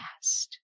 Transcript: past